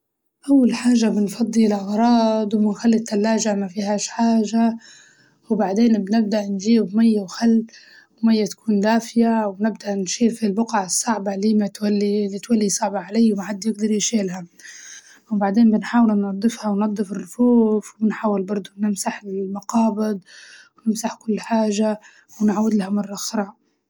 أول حاجة بنفضي الأغراض ونخلي التلاجة مفيهاش حاجة وبعدين بنبدأ نجيب مية وخل ومية تكون دافية، ونبدأ نشيل في البقع الصعبة اللي ما تولي اللي تولي صعبة عليا محد يقدر يشيلها، وبعدين بنحاول ننضفها وننضف الرفوف ونحاول برضه نمسح المقابض، نمسح كل حاجة ونعاود لها مرة أخرى.